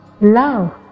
love